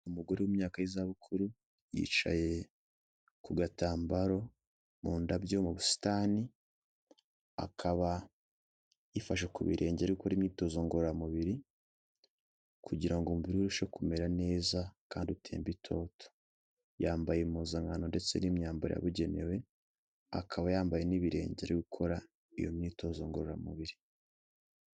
Umugore w'imyaka y'izabukuru yicaye ku gatambaro mu ndabyo mu busitani, akaba yifashe ku birenge ari gukora imyitozo ngororamubiri kugira ngo umubiri we urusheho kumera neza kandi utemba itoto. Yambaye impuzankano ndetse n'imyambaro yabugenewe akaba yambaye n'ibirenge ari gukora iyo myitozo ngororamubiri.